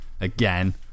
again